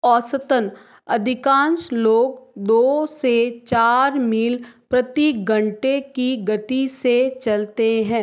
औसतन अधिकाँश लोग दो से चार मील प्रति घंटे की गति से चलते हैं